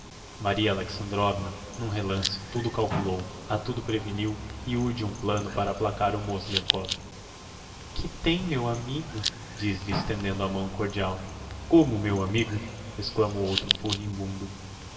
maria alexandrovna n'um relance tudo calculou a tudo preveniu e urde um plano para aplacar o mozgliakov que tem meu amigo diz estendendo-lhe a mão cordial como meu amigo exclama o outro furibundo